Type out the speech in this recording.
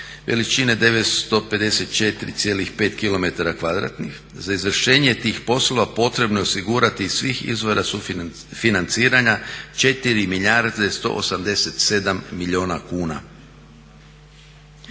kvadratnih. Za izvršenje tih poslova potrebno je osigurati iz svih izvora sufinanciranja 4 milijarde 187 milijuna kuna."